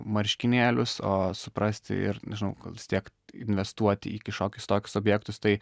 marškinėlius o suprasti ir nežinau gal vis tiek investuoti į šiokius tokius objektus tai